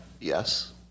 Yes